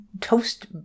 toast